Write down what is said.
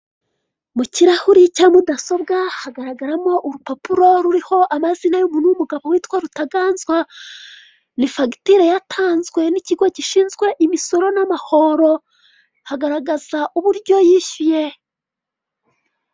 Mu kirahuri cya mudasobwa hagaragaramo urupapuro ruriho amazina y'umuntu w'umugabo witwa RUTAGANZWA nifagitire yatanzwe n'ikigo gishinzwe imisoro n'amahoro, hagaragaza uburyo yishyuye.